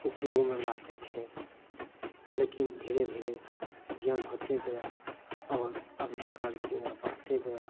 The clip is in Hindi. उपयोग में लाते थे लेकिन धीरे धीरे ज्ञान होते गया और अविष्कार के द्वारा बढ़ते गया